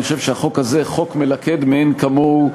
אני חושב שהחוק הזה הוא חוק מלכד מאין כמוהו,